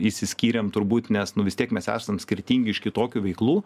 išsiskyrėm turbūt nes nu vis tiek mes esam skirtingi iš kitokių veiklų